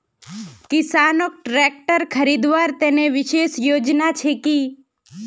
किसानोक ट्रेक्टर खरीदवार तने विशेष योजना छे कि?